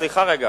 סליחה רגע.